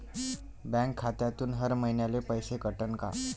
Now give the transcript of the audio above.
Bank खात्यातून हर महिन्याले पैसे कटन का?